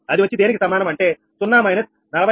అది వచ్చి దేనికి సమానం అంటే 0−45